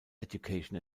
education